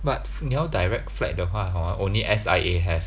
but 你要 direct flight 的话 hor only S_I_A have